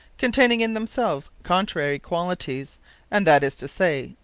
containing in themselves contrary qualities and that is to say,